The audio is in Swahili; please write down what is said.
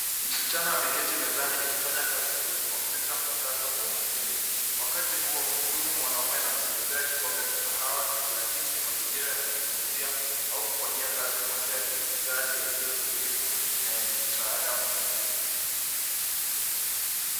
Msichana ameketi akifanya kazi kwenye kompyuta mpakato kwa maakini. Wakati huo mhudumu mwanaume anasogezea kikombe cha kahawa ikiakisi mazingira ya kujifunzia au kufanyia kazi kwa njia ya kidijitali yaliyo tulivu na yenye msaada mkuu.